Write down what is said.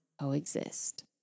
Coexist